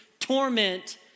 torment